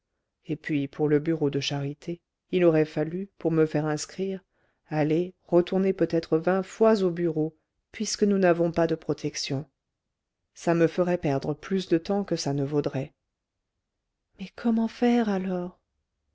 et puis pour le bureau de charité il aurait fallu pour me faire inscrire aller retourner peut-être vingt fois au bureau puisque nous n'avons pas de protections ça me ferait perdre plus de temps que ça ne vaudrait mais comment faire alors